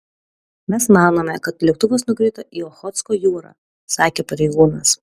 mes manome kad lėktuvas nukrito į ochotsko jūrą sakė pareigūnas